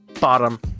bottom